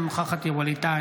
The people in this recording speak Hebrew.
אינה נוכחת ווליד טאהא,